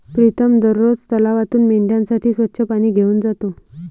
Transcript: प्रीतम दररोज तलावातून मेंढ्यांसाठी स्वच्छ पाणी घेऊन जातो